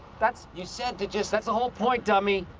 that's you said to just that's the whole point, dummy.